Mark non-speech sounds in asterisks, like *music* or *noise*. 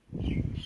*breath*